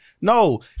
No